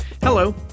Hello